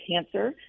cancer